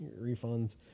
refunds